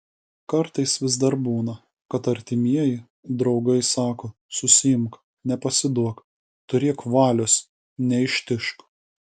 kartais vis dar būna kad artimieji draugai sako susiimk nepasiduok turėk valios neištižk